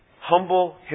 humble